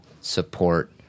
support